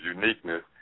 uniqueness